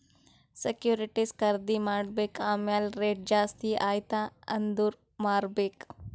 securities ಖರ್ದಿ ಮಾಡ್ಬೇಕ್ ಆಮ್ಯಾಲ್ ರೇಟ್ ಜಾಸ್ತಿ ಆಯ್ತ ಅಂದುರ್ ಮಾರ್ಬೆಕ್